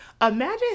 Imagine